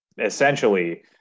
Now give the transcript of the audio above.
essentially